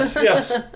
yes